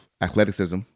athleticism